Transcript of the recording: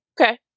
Okay